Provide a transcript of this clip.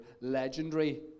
legendary